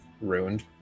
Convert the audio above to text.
ruined